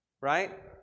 Right